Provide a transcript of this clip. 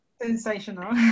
sensational